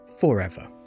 Forever